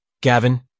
Gavin